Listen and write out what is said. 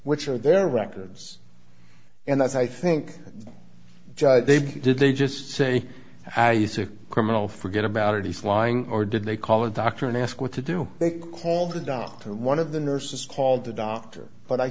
which are their records and that's i think they did they just say i use a criminal forget about it he's lying or did they call a doctor and ask what to do they call the doctor and one of the nurses called the doctor but i